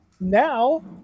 now